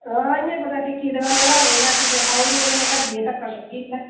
हां इ'यां कुतै टिक्की दकाना रा लेई लैती ते खाई औड़ी ते धक्का लग्गी जंदा ऐ